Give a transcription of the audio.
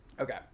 Okay